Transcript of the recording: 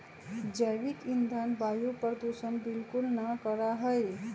जैविक ईंधन वायु प्रदूषण बिलकुल ना करा हई